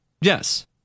Yes